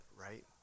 right